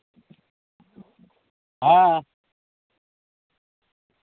ᱦᱮᱸ